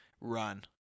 run